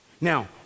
Now